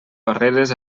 barreres